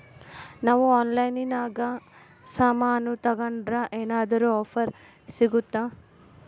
ನಾವು ಆನ್ಲೈನಿನಾಗ ಸಾಮಾನು ತಗಂಡ್ರ ಏನಾದ್ರೂ ಆಫರ್ ಸಿಗುತ್ತಾ?